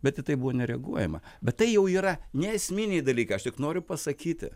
bet į tai buvo nereaguojama bet tai jau yra neesminiai dalykai aš tik noriu pasakyti